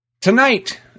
Tonight